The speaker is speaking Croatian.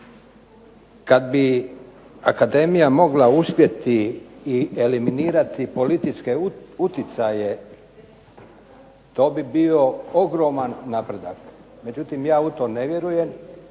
Kad bi akademija mogla uspjeti i eliminirati političke utjecaje to bi bio ogroman napredak, međutim ja u to ne vjerujem.